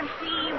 see